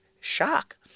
shock